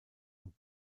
und